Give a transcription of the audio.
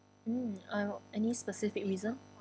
mm uh any specific reason